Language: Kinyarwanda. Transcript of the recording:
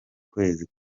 kwezi